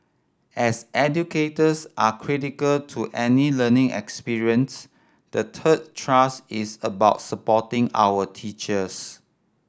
as educators are critical to any learning experience the third thrust is about supporting our teachers